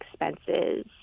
expenses